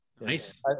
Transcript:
nice